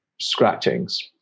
scratchings